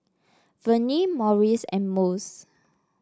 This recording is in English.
Vernie Morris and Mose